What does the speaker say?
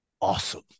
Awesome